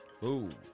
boom